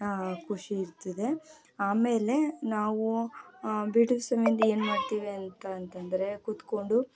ಖುಷಿ ಇರ್ತದೆ ಆಮೇಲೆ ನಾವು ಬಿಡು ಸಮಯದಲ್ಲಿ ಏನು ಮಾಡ್ತೀವಿ ಅಂತ ಅಂತಂದರೆ ಕುತ್ಕೊಂಡು